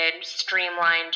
streamlined